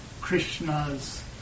Krishna's